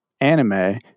anime